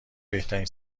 بهترین